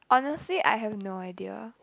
honestly I have no idea